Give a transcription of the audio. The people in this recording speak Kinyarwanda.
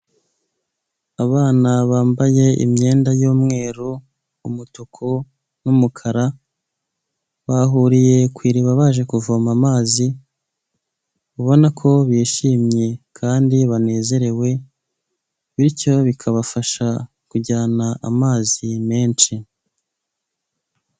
Abana bambaye imyenda y'umweru, umutuku, n'umukara, bahuriye ku iriba baje kuvoma amazi ubona ko bishimye kandi banezerewe, bityo bikabafasha kujyana amazi menshi.